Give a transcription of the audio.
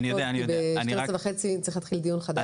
כי בשעה 12:30 צריך להתחיל דיון חדש.